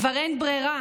כבר אין ברירה.